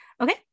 Okay